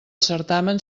certamen